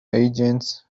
agents